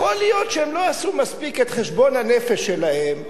יכול להיות שהם לא עשו מספיק את חשבון הנפש שלהם,